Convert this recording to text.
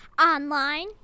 Online